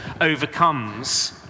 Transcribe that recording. overcomes